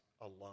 alone